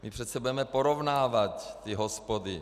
My přece budeme porovnávat ty hospody.